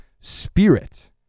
spirit